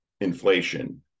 inflation